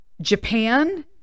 Japan